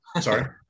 Sorry